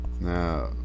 Now